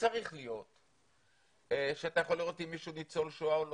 וצריך להיות - שאתה יכול לראות אם מישהו ניצול שואה או לא,